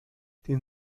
den